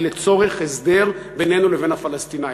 אלא לצורך הסדר בינינו לבין הפלסטינים.